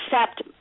accept